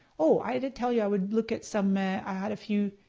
oh i did tell you i would look at some ah i had a few